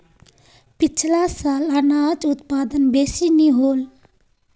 पिछला साल अनाज उत्पादन बेसि नी होल